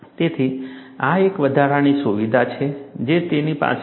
તેથી આ એક વધારાની સુવિધા છે જે તેની પાસે છે